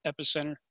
epicenter